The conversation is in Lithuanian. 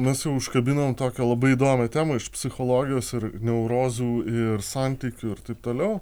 mes jau užkabinom tokią labai įdomią temą iš psichologijos ir neurozių ir santykių ir taip toliau